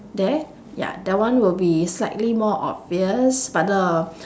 there ya that one will be slightly more obvious but the